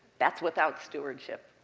that's without stewardship.